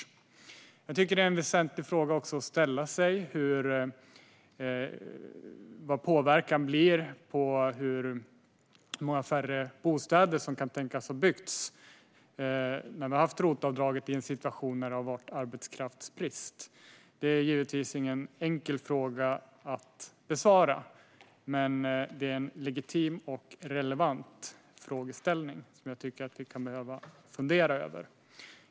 Jag tycker också att det är en väsentlig fråga vilken påverkan detta får, alltså hur många färre bostäder som har byggts som en följd av att vi har haft ROT-avdraget i en situation där det har varit arbetskraftsbrist. Detta är givetvis ingen enkel fråga att besvara, men det är en legitim och relevant frågeställning som vi kan behöva fundera över.